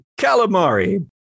calamari